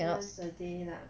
once a day lah